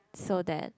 so that